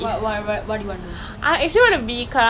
!wah! I really don't I don't think I have eh